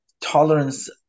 tolerance